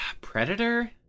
predator